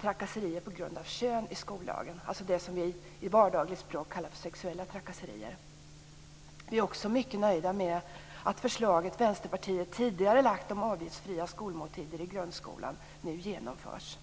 trakasserier på grund av kön i regleringen i skollagen, dvs. det som i vardagligt språk kallas sexuella trakasserier. Vi är också mycket nöjda med att det förslag som Vänsterpartiet tidigare lagt fram om avgiftsfria skolmåltider i grundskolan nu genomförs.